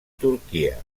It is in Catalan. turquia